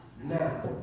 Now